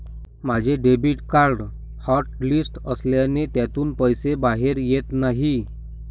माझे debit card hotlist असल्याने त्यातून पैसे बाहेर येत नाही